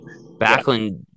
Backlund